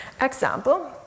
example